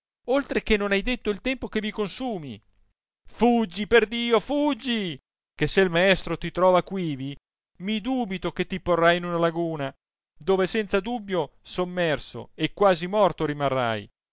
oltre che non hai detto il tempo che vi consumi fuggi per dio fuggi che se il maestro ti trova quivi mi dubito che ti porrà in una laguna dove senza dubbio sommerso e quasi morto rimarrai